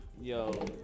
Yo